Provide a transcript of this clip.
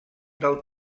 del